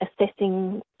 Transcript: assessing